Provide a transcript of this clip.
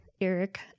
Eric